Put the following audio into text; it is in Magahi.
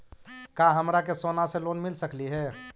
का हमरा के सोना से लोन मिल सकली हे?